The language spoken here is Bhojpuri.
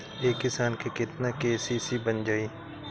एक किसान के केतना के.सी.सी बन जाइ?